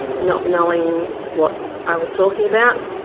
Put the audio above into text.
not knowing what i was talking about.